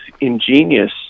ingenious